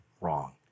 wrong